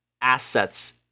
assets